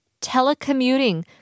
telecommuting